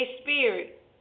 spirit